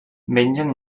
mengen